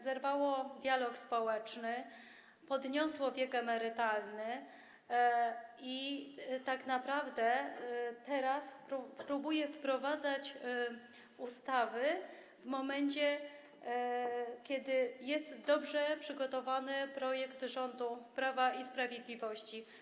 Zerwało dialog społeczny, podniosło wiek emerytalny i tak naprawdę próbuje wprowadzać ustawy w momencie, kiedy jest dobrze przygotowany projekt rządu Prawa i Sprawiedliwości.